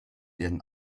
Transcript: ihren